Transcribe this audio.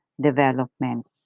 development